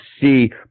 see